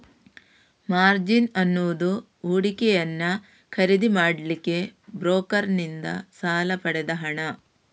margin ಅನ್ನುದು ಹೂಡಿಕೆಯನ್ನ ಖರೀದಿ ಮಾಡ್ಲಿಕ್ಕೆ ಬ್ರೋಕರನ್ನಿಂದ ಸಾಲ ಪಡೆದ ಹಣ